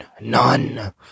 none